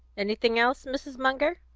anything else, mrs. munger?